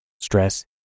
stress